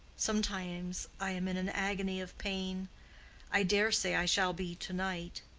sometimes i am in an agony of pain i dare say i shall be to-night.